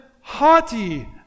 haughty